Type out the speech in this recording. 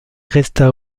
resta